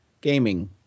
gaming